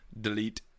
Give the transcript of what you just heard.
delete